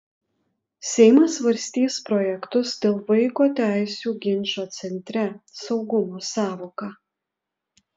seimas svarstys projektus dėl vaiko teisių ginčo centre saugumo sąvoka